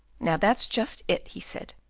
now, that's just it, he said,